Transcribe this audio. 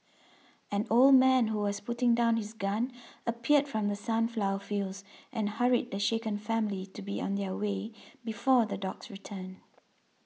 an old man who was putting down his gun appeared from the sunflower fields and hurried the shaken family to be on their way before the dogs return